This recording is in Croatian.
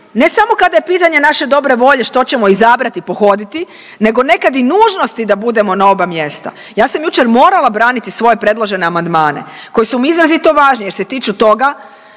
ne samo kada je pitanje naše dobre volje što ćemo izabrati pohoditi nego nekad i nužnosti da budemo na oba mjesta. Ja sam jučer morala braniti svoje predložene amandmane koji su mi izrazito važni jer se tiču toga